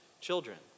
children